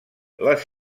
les